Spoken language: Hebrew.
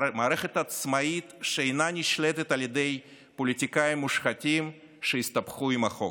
מערכת עצמאית שאינה נשלטת על ידי פוליטיקאים מושחתים שהסתבכו עם החוק.